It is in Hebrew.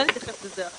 אני יכולה להתייחס לזה.